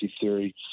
theory